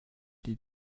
die